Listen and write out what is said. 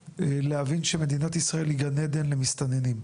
להבין שמדינת ישראל היא גן עדן למסתננים.